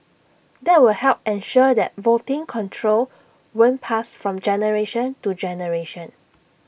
that would help ensure that voting control won't pass from generation to generation